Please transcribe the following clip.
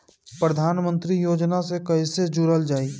प्रधानमंत्री योजना से कैसे जुड़ल जाइ?